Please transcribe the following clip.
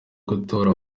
gutora